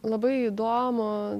labai įdomu